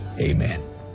amen